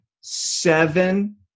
seven